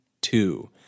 two